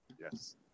Yes